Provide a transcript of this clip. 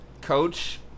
Coach